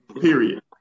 Period